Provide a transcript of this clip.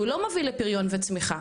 שהוא לא מביא לפריון וצמיחה,